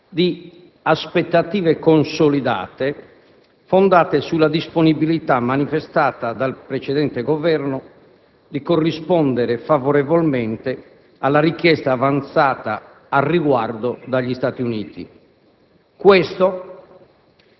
di aspettative consolidate, fondate sulla disponibilità manifestata dal precedente Governo, di corrispondere favorevolmente alla richiesta avanzata al riguardo dagli Stati Uniti; questo